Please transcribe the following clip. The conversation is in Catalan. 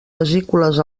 vesícules